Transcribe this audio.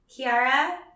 Kiara